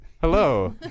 Hello